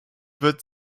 wird